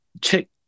Check